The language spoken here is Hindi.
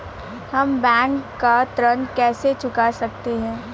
हम बैंक का ऋण कैसे चुका सकते हैं?